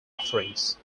offerings